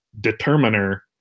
determiner